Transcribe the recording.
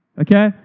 Okay